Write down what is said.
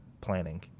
planning